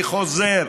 אני חוזר,